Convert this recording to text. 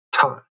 time